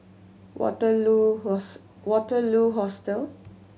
Waterloo Host Waterloo Hostel